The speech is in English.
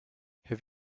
have